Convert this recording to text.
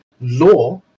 law